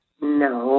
No